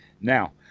now